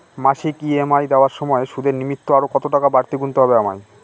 মাসিক ই.এম.আই দেওয়ার সময়ে সুদের নিমিত্ত আরো কতটাকা বাড়তি গুণতে হবে আমায়?